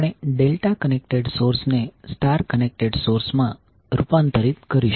આપણે delta connected સોર્સને star connected સોર્સમાં રૂપાંતરિત કરીશું